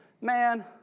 Man